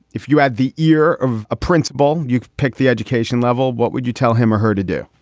if you had the ear of a principal, you could pick the education level. what would you tell him or her to do?